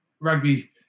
rugby